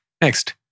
Next